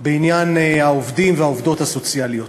בעניין העובדים והעובדות הסוציאליות.